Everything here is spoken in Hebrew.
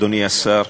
אדוני השר,